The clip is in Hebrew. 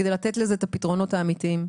כדי לתת לזה את הפתרונות האמיתיים.